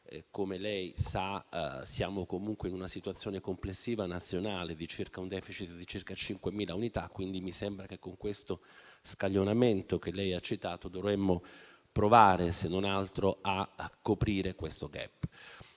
come lei sa - siamo in una situazione complessiva nazionale che vede un *deficit* di circa 5.000 unità. Quindi, mi sembra che con lo scaglionamento che lei ha citato dovremmo provare, se non altro, a coprire questo *gap*.